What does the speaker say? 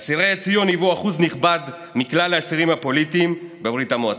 אסירי ציון היוו אחוז נכבד מכלל האסירים הפוליטיים בברית המועצות.